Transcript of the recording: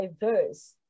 diverse